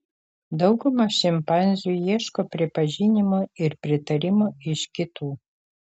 dauguma šimpanzių ieško pripažinimo ir pritarimo iš kitų